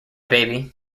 baby